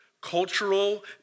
cultural